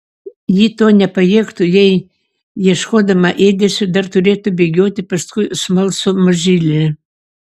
ji to nepajėgtų jei ieškodama ėdesio dar turėtų bėgioti paskui smalsų mažylį